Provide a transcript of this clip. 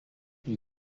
lui